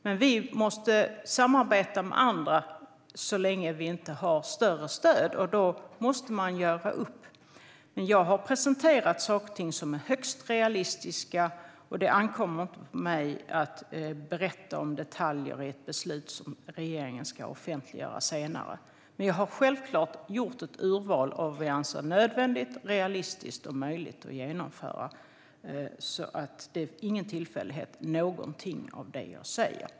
Men vi måste samarbeta med andra så länge vi inte har större stöd, och då måste man göra upp. Jag har presenterat saker och ting som är högst realistiska, och det ankommer inte på mig att berätta om detaljer i ett beslut som regeringen ska offentliggöra senare. Men jag har självklart gjort ett urval av vad vi anser nödvändigt, realistiskt och möjligt att genomföra. Ingenting av det jag säger är en tillfällighet.